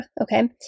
okay